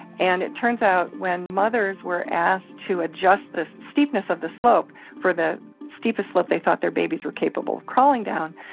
and it turns out when mothers were asked to adjust the steepness of the slope for the steepest slope they thought their babies were capable of crawling down,